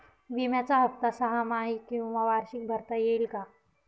विम्याचा हफ्ता सहामाही किंवा वार्षिक भरता येईल का?